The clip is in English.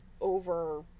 over